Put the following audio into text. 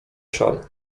szal